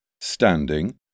standing